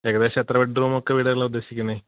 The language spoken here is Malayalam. ഏകദേശം എത്ര ബെഡ്റൂം ഒക്കെ വീടുകളാണ് ഉദ്ദേശിക്കുന്നത്